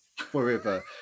forever